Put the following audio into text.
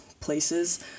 places